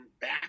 back